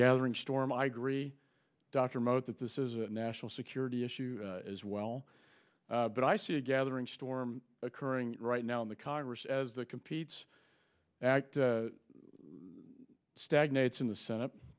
gathering storm i agree dr mote that this is a national security issue as well but i see a gathering storm occurring right now in the congress as the competes act stagnates in the senate